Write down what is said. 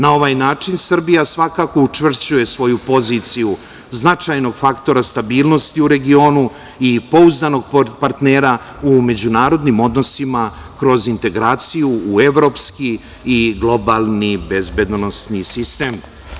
Na ovaj način Srbija svakako učvršćuje svoju poziciju značajnog faktora stabilnosti u regionu i pouzdanog partnera u međunarodnim odnosima kroz integraciju u evropski i globalni bezbedonosni sistem.